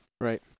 Right